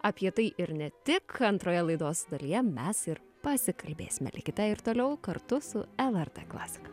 apie tai ir ne tik antroje laidos dalyje mes ir pasikalbėsime likite ir toliau kartu su lrt klasika